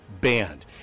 banned